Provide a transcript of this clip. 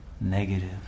negative